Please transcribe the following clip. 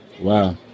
Wow